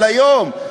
של היום.